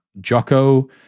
Jocko